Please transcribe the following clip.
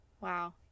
Wow